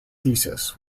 thesis